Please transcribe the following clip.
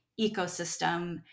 ecosystem